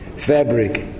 Fabric